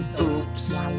oops